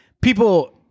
people